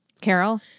Carol